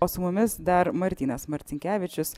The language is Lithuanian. o su mumis dar martynas marcinkevičius